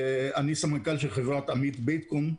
אני סמנכ"ל של חברת עמית בייתקום,